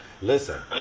listen